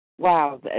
Wow